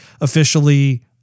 officially